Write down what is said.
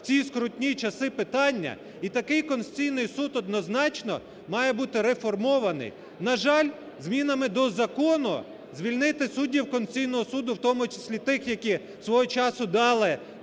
в ці скрутні часи питання. І такий Конституційний Суд, однозначно, має бути реформований. На жаль, змінами до закону звільнити суддів Конституційного Суду, в тому числі тих, які свого часу дали